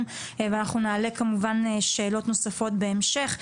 ואנחנו נעלה כמובן שאלות נוספות בהמשך.